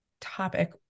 topic